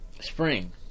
spring